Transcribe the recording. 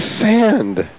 sand